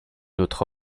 autre